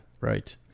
Right